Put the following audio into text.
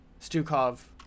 Stukov